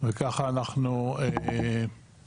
וככה אנחנו מצליחים